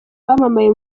bamamaye